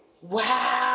Wow